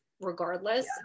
regardless